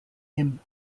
him